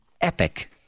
epic